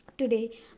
today